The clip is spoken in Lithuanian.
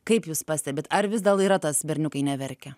kaip jūs pastebit ar vis gal yra tas berniukai neverkia